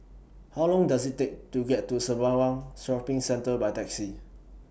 How Long Does IT Take to get to Sembawang Shopping Centre By Taxi